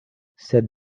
sed